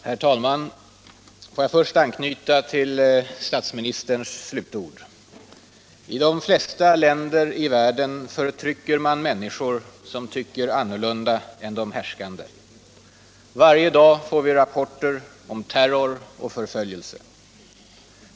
Herr talman! Får jag först anknyta till statsministerns slutord. I de flesta länder i världen förtrycker man människor som tycker annorlunda än de härskande. Varje dag får vi rapporter om terror och förföljelse.